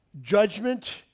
judgment